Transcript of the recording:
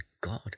God